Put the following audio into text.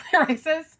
racist